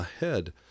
ahead